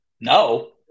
No